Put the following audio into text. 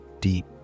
deep